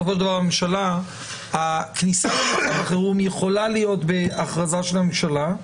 בסופו של דבר הכניסה למצב החירום יכולה להיות בהכרזה של הממשלה,